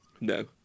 No